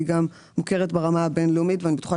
היא גם מוכרת ברמה הבין לאומית ואני בטוחה